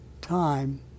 time